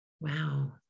Wow